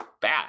bad